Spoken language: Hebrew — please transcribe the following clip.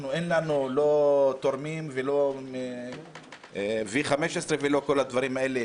אין לנו לא תורמים ולא V15 ולא כל הדברים האלה.